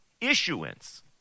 issuance